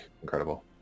incredible